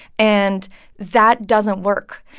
and that doesn't work.